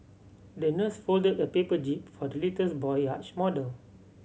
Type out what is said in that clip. the nurse folded a paper jib for the little boy yacht model